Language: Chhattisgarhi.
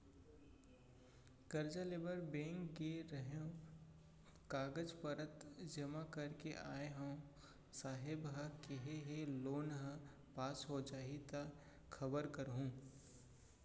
करजा लेबर बेंक गे रेहेंव, कागज पतर जमा कर के आय हँव, साहेब ह केहे हे लोन ह पास हो जाही त खबर करहूँ